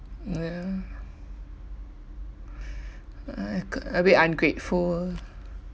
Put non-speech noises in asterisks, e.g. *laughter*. ya *breath* I c~ a bit ungrateful